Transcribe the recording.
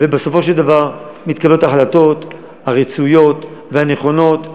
בסופו של דבר מתקבלות ההחלטות הרצויות והנכונות,